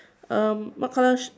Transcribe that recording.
um what colour